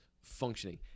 functioning